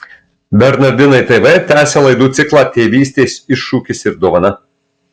bernardinai tv tęsia laidų ciklą tėvystės iššūkis ir dovana